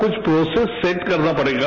कुछ process set करना पड़ेगा